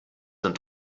und